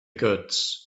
goods